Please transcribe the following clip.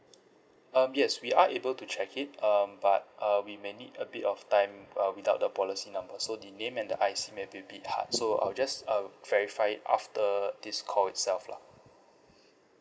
um yes we are able to check it um but uh we may need a bit of time uh without the policy number so the name and the I_C may be a bit hard so I'll just uh verify it after this call itself lah